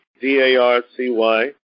D-A-R-C-Y